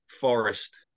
Forest